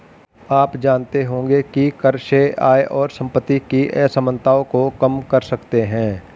आप जानते होंगे की कर से आय और सम्पति की असमनताओं को कम कर सकते है?